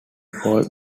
called